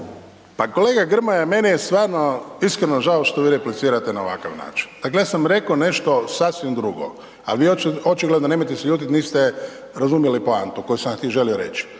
Pa, kolega Grmoja, meni je stvarno iskreno žao što vi replicirate na ovakav način. Dakle, ja sam rekao nešto sasvim drugo. A vi očigledno, nemojte se ljutiti, niste razumjeli poantu koju sam ja želio reći.